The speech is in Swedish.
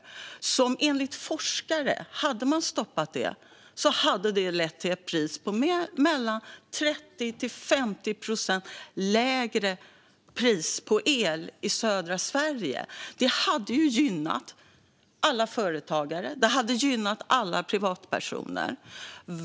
Enligt forskare hade det lett till 30-50 procent lägre pris på el i södra Sverige. Det hade ju gynnat alla företagare och alla privatpersoner.